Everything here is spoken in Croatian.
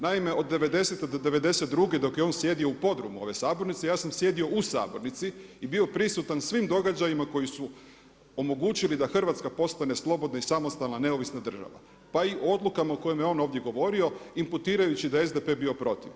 Naime od '90. do '92. dok je on sjedio u podrumu ove sabornice ja sam sjedio u sabornici i bio prisutan svim događajima koji su omogućili da Hrvatska postane slobodna i samostalna neovisna država pa i o odlukama o kojima je on ovdje govorio imputirajući da je SDP bio protiv.